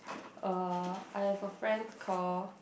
uh I have a friend call